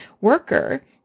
worker